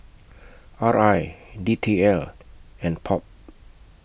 R I D T L and POP